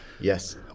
Yes